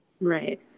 right